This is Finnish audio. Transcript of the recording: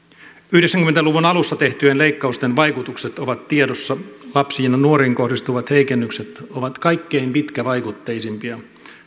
yhdeksänkymmentä luvun alussa tehtyjen leikkausten vaikutukset ovat tiedossa lapsiin ja nuoriin kohdistuvat heikennykset ovat kaikkein pitkävaikutteisimpia